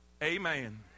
Amen